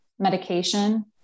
medication